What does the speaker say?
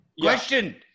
question